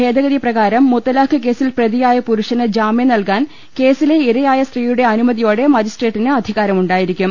ഭേദഗതിപ്രകാരം മുത്ത ലാഖ് കേസിൽ പ്രതിയായ പുരുഷന് ജാമ്യം നൽകാൻ കേസിലെ ഇരയായ സ്ത്രീയുടെ അനുമതിയോടെ മജി സ്ട്രേറ്റിന് അധികാരമുണ്ടായിരിക്കും